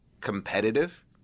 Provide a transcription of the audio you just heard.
competitive